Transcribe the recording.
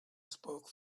spoke